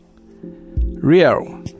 real